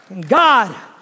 God